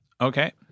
Okay